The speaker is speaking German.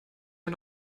wir